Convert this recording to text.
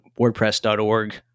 wordpress.org